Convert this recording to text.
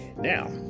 Now